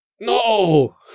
No